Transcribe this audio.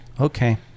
Okay